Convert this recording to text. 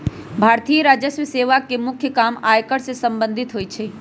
भारतीय राजस्व सेवा के मुख्य काम आयकर से संबंधित होइ छइ